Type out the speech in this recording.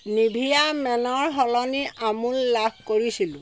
Nivea মেনৰ সলনি আমোল লাভ কৰিছিলোঁ